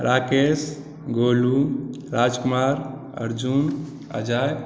Rakesh Golu Rajkumar Arjun Ajay